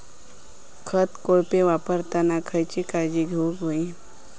खत कोळपे वापरताना खयची काळजी घेऊक व्हयी?